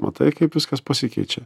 matai kaip viskas pasikeičia